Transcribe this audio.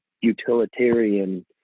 utilitarian